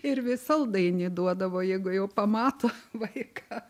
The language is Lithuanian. ir vis saldainį duodavo jeigu jau pamato vaiką